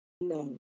No